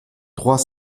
trois